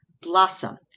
Blossom